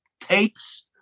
tapes